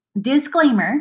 Disclaimer